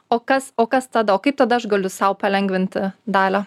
o kas o kas tada o kaip tada aš galiu sau palengvinti dalią